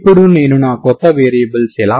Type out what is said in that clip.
ఇప్పుడు నేను నా కొత్త వేరియబుల్స్ ఎలా పొందగలను